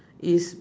is